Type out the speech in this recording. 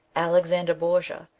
alexander borgia,